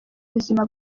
buzima